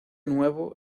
nuevo